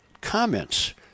comments